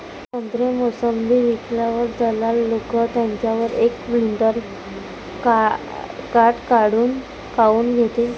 संत्रे, मोसंबी विकल्यावर दलाल लोकं त्याच्यावर एक क्विंटल काट काऊन घेते?